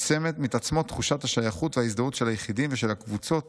מתעצמות תחושת השייכות וההזדהות של היחידים ושל הקבוצות